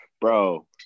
Bro